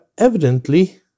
Evidently